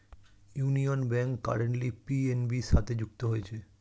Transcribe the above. union Bank currently PNB সাথে যুক্ত হয়েছে